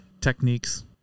techniques